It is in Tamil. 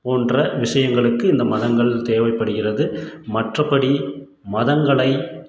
போன்ற விஷயங்களுக்கு இந்த மதங்கள் தேவைப்படுகிறது மற்றபடி மதங்களை